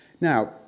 Now